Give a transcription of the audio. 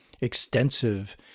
extensive